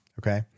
Okay